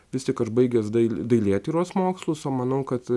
vis tik aš baigęs dail dailėtyros mokslus o manau kad